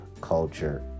culture